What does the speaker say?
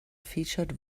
featured